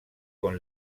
con